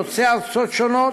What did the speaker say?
יוצאי ארצות שונות,